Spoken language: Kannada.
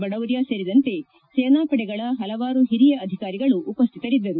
ಬಡೌರಿಯಾ ಸೇರಿದಂತೆ ಸೇನಾ ಪಡೆಗಳ ಪಲವಾರು ಹಿರಿಯ ಅಧಿಕಾರಿಗಳು ಉಪಸ್ಲಿತರಿದ್ದರು